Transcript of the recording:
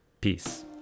Peace